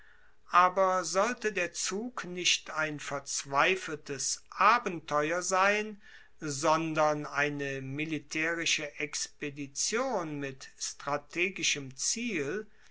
aber sollte der zug nicht ein verzweifeltes abenteuer sein sondern eine militaerische expedition mit strategischem ziel